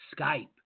Skype